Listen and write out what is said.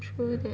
true that